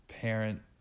parent